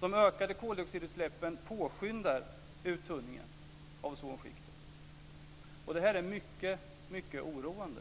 De ökade koldioxidutsläppen påskyndar uttunningen av ozonskiktet, och det är mycket oroande.